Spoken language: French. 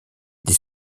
des